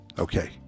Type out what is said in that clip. Okay